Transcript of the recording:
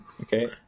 Okay